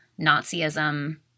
Nazism